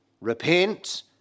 Repent